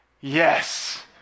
yes